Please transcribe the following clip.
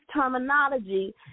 terminology